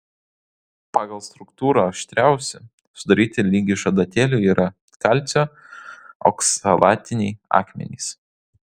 pagal struktūrą aštriausi sudaryti lyg iš adatėlių yra kalcio oksalatiniai akmenys